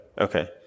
Okay